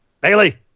Bailey